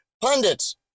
pundits